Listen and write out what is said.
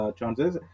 chances